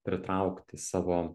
pritraukti savo